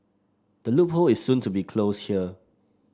the loophole is soon to close here